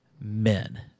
Men